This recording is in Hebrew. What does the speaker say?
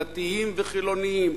דתיים וחילונים,